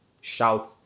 shout